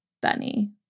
Bunny